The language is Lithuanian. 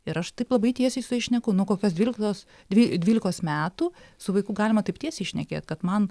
ir aš taip labai tiesiai su jais šneku nuo kokios dvyliktos dvi dvylikos metų su vaiku galima taip tiesiai šnekėt kad man